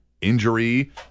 injury